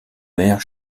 maire